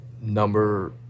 number